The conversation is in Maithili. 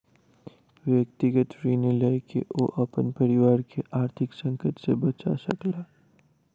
व्यक्तिगत ऋण लय के ओ अपन परिवार के आर्थिक संकट से बचा सकला